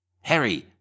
Harry